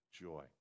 joy